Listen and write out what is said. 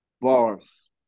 Bars